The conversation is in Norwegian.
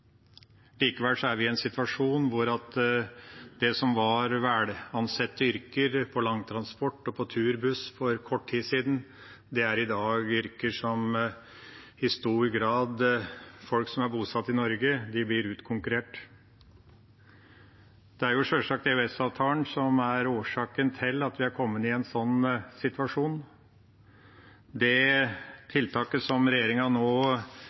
er vi i en situasjon der det som var velansette yrker innenfor langtransport og turbuss for kort tid siden, i dag er yrker der folk som er bosatt i Norge, i stor grad blir utkonkurrert. Det er sjølsagt EØS-avtalen som er årsaken til at vi har kommet i en sånn situasjon. Det tiltaket regjeringa nå